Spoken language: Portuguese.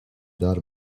dar